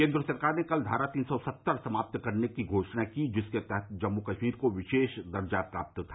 केन्द्र सरकार ने कल धारा तीन सौ सत्तर समाप्त करने की घोषणा की जिसके तहत जम्मू कश्मीर को विशेष दर्जा प्राप्त था